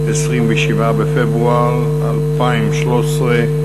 27 בפברואר 2013,